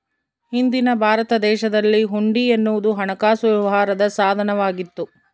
ಹಿಂದಿನ ಭಾರತ ದೇಶದಲ್ಲಿ ಹುಂಡಿ ಎನ್ನುವುದು ಹಣಕಾಸು ವ್ಯವಹಾರದ ಸಾಧನ ವಾಗಿತ್ತು